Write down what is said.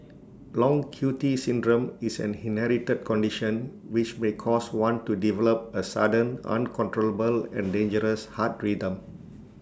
long Q T syndrome is an inherited condition which may cause one to develop A sudden uncontrollable and dangerous heart rhythm